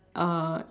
uh